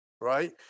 Right